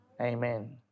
Amen